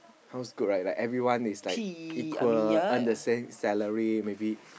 sounds good right like everyone is like equal earn the same salary maybe